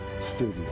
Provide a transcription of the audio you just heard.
studio